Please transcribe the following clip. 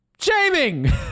shaming